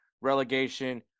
relegation